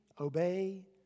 obey